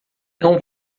não